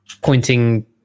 pointing